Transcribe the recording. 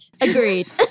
Agreed